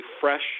fresh